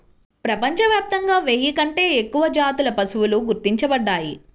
ప్రపంచవ్యాప్తంగా వెయ్యి కంటే ఎక్కువ జాతుల పశువులు గుర్తించబడ్డాయి